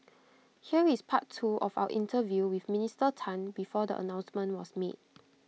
here is part two of our interview with Minister Tan before the announcement was made